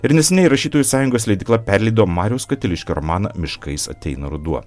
ir neseniai rašytojų sąjungos leidykla perleido mariaus katiliškio romaną miškais ateina ruduo